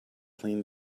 clean